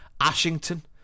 Ashington